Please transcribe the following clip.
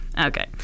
okay